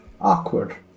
Awkward